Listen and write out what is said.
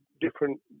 different